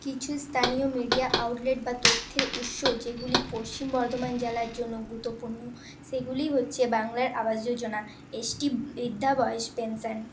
কিছু স্থানীয় media outlet বা তথ্যের উৎস যেগুলি পশ্চিম বর্ধমান জেলার জন্য গুরুত্বপূর্ণ সেগুলি হচ্ছে বাংলার আবাস যোজনা এসটি বৃদ্ধা বয়েস পেনশন